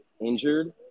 injured